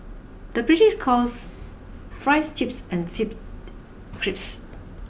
the British calls fries chips and chips crisps